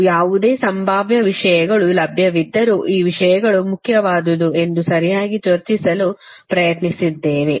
ಮತ್ತು ಯಾವುದೇ ಸಂಭಾವ್ಯ ವಿಷಯಗಳು ಲಭ್ಯವಿದ್ದರೂ ಈ ವಿಷಯಗಳು ಮುಖ್ಯವಾದುದು ಎಂದು ಸರಿಯಾಗಿ ಚರ್ಚಿಸಲು ಪ್ರಯತ್ನಿಸಿದ್ದೇವೆ